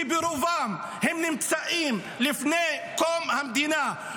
שברובם נמצאים לפני קום המדינה,